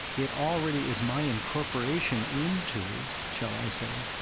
it already is my incorporation into, shall i say,